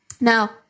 Now